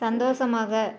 சந்தோஷமாக